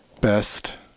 Best